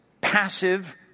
passive